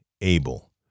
able